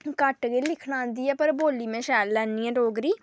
घट्ट गै लिखना औंदी ऐ पर बोल्ली में शैल लैन्नी आं डोगरी